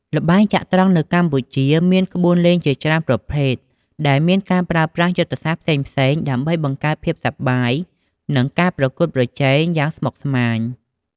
ល្បែងចត្រង្គនៅកម្ពុជាមានក្បួនលេងជាច្រើនប្រភេទ ដែលមានការប្រើប្រាស់យុទ្ធសាស្ត្រផ្សេងៗដើម្បីបង្កើតភាពសប្បាយ និងការប្រកួតប្រជែងយ៉ាងស្មុគស្មាញ។